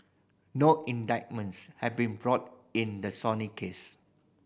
no indictments have been brought in the Sony case